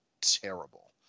terrible